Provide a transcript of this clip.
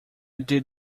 did